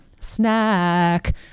Snack